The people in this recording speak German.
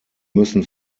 müssen